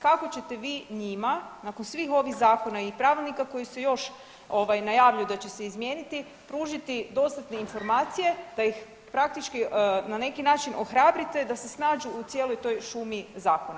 Kako ćete vi njima nakon svih ovih zakona i pravilnika koji se još ovaj najavljuju da će se izmijeniti pružiti dostatne informacije da ih praktički na neki način ohrabrite da se snađu cijeloj toj šumi zakona.